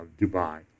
Dubai